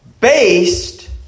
Based